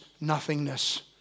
nothingness